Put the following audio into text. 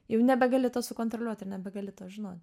jau nebegali to sukontroliuot ir nebegali to žinot